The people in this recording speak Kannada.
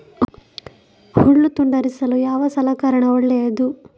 ಹುಲ್ಲು ತುಂಡರಿಸಲು ಯಾವ ಸಲಕರಣ ಒಳ್ಳೆಯದು?